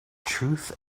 truth